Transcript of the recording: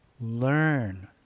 learn